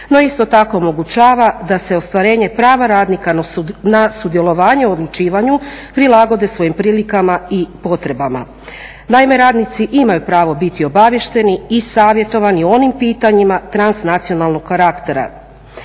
No isto tako omogućava da se ostvarenje prava radnika na sudjelovanje u odlučivanju prilagode svojim prilikama i potrebama. Naime, radnici imaju pravo biti obaviješteni i savjetovani o onim pitanjima transnacionalnog karaktera.